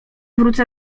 wrócę